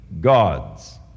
gods